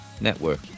network